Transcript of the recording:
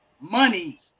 money